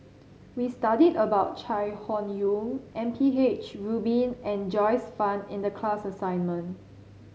we studied about Chai Hon Yoong M P H Rubin and Joyce Fan in the class assignment